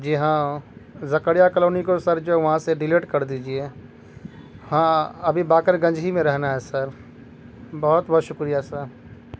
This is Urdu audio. جی ہاں زکریا کالونی کو سر جو وہاں سے ڈیلیٹ کر دیجیے ہاں ابھی باقر گنج ہی میں رہنا ہے سر بہت بہت شکریہ سر